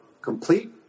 complete